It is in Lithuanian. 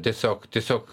tiesiog tiesiog